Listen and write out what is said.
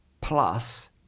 plus